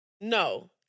No